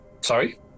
Sorry